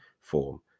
form